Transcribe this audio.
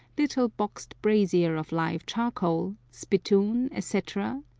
little boxed brazier of live charcoal, spittoon, etc,